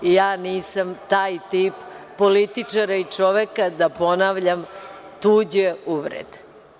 Ja nisam taj tip političara i čoveka da ponavljam tuđe uvrede.